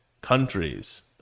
countries